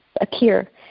appear